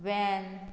van